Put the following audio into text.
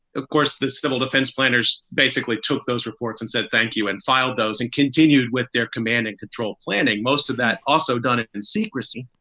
of course, this civil defense planners basically took those reports and said thank you and file those and continued with their command and control planning. most of that also done it in secrecy.